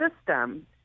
system –